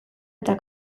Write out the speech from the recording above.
eta